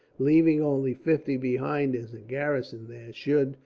leaving only fifty behind as a garrison there, should,